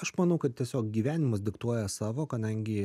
aš manau kad tiesiog gyvenimas diktuoja savo kadangi